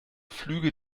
flüge